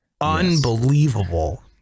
unbelievable